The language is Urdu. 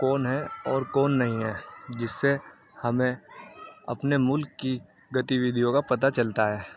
کون ہے اور کون نہیں ہیں جس سے ہمیں اپنے ملک کی گتی ودھیوں کا پتا چلتا ہے